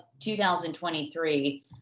2023